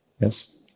Yes